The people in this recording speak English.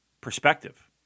perspective